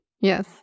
Yes